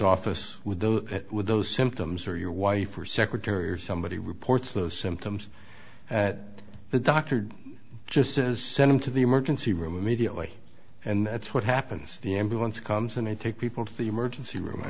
office with those with those symptoms or your wife or secretary or somebody reports those symptoms that the doctor just says send him to the emergency room immediately and that's what happens the ambulance comes and they take people to the emergency room i